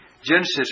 Genesis